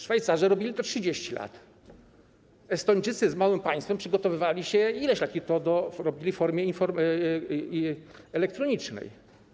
Szwajcarzy robili to 30 lat, Estończycy z małym państwem przygotowywali się ileś lat i to robili w formie elektronicznej.